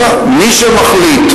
שמחליט,